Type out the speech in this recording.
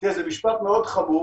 זה משפט חמור,